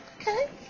Okay